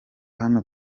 hano